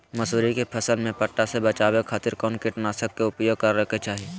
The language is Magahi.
मसूरी के फसल में पट्टा से बचावे खातिर कौन कीटनाशक के उपयोग करे के चाही?